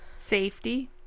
Safety